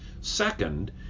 Second